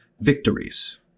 victories